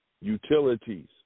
utilities